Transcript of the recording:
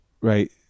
right